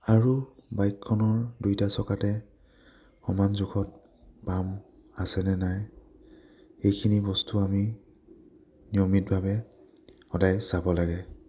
আৰু বাইকখনৰ দুয়োটা চকাতে সমান জোখত পাম আছেনে নাই এইখিনি বস্তু আমি নিয়মিতভাৱে সদায় চাব লাগে